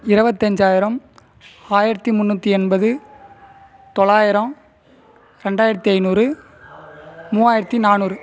இருபத்தஞ்சாயிரம் ஆயிரத்தி முந்நூற்றி எண்பது தொள்ளாயிரம் ரெண்டாயிரத்தி ஐநூறு மூவாயிரத்தி நானூறு